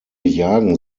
jagen